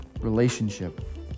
relationship